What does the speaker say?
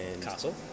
Castle